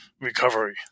recovery